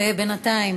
בינתיים